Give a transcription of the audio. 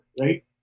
right